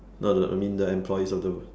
no no I mean the employees of the